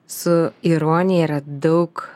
su ironija yra daug